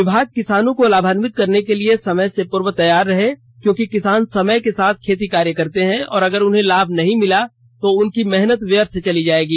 विभाग किसानों को लाभान्वित करने के लिए समय से पूर्व तैयार रहे क्योंकि किसान समय के साथ खेती कार्य करते हैं और अगर उन्हें लाम नहीं मिला तो उनकी मेहनत व्यर्थ चली जायेगी